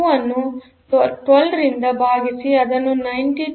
0592 ಅನ್ನು 12 ರಿಂದ ಭಾಗಿಸಿಅದು921